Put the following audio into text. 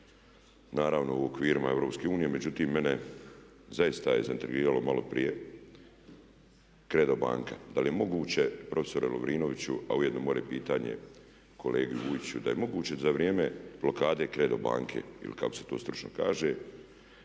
naravno u okvirima Europske unije. Međutim, mene je zaista zaintrigiralo malo prije CREDO banka. Da li je moguće profesore Lovrinoviću, a ujedno moje pitanje kolegi Vujčiću da je moguće za vrijeme blokade CREDO banke ili kako se to stručno kaže